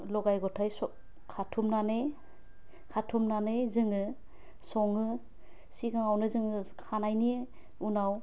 लगाय गथाय सं खाथुमनानै खाथुमनानै जोङो सङो सिगाङावनो जोङो खानायनि उनाव